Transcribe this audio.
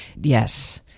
yes